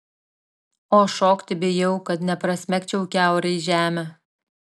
o šokti bijau kad neprasmegčiau kiaurai žemę